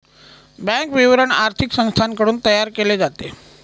bank विवरण आर्थिक संस्थांकडून तयार केले जाते